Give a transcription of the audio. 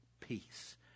peace